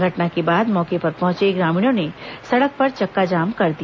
घटना के बाद मौके पर पहंचे ग्रामीणों ने सड़क पर चक्काजाम कर दिया